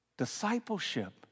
discipleship